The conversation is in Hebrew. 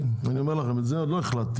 אני אומר לכם את זה, עוד לא החלטתי.